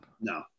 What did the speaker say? No